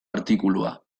artikulua